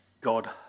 God